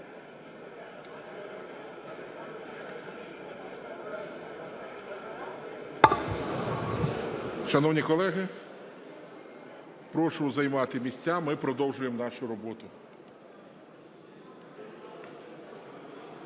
Шановні колеги, прошу займати місця. Ми продовжуємо нашу роботу.